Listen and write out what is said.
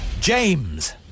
James